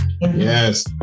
Yes